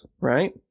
right